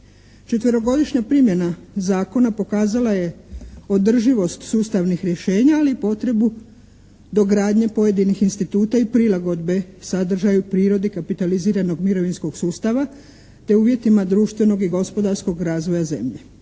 Četverogodišnja primjena zakona pokazala je održivost sustavnih rješenja ali i potrebu dogradnje pojedinih instituta i prilagodbe sadržaju, prirodi kapitaliziranog mirovinskog sustava te uvjetima društvenog i gospodarskog razvoja zemlje.